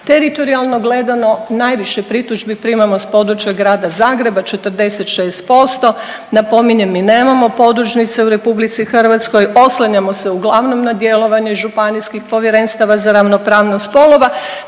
Teritorijalno gledano najviše pritužbi primamo s područja Grada Zagreba 46%. Napominjem mi nemamo podružnice u RH, oslanjamo se uglavnom na djelovanje Županijskih povjerenstava za ravnopravnost spolova.